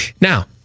Now